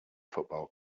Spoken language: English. football